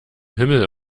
himmel